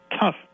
tough